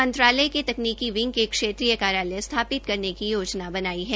मंत्रालय ने तकनीकी विंग के क्षेत्रीय कार्यालय स्थापित करने की योजना बनाई है